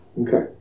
Okay